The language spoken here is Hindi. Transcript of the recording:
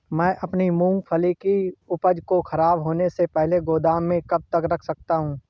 मैं अपनी मूँगफली की उपज को ख़राब होने से पहले गोदाम में कब तक रख सकता हूँ?